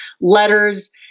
letters